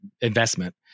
investment